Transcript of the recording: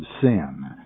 sin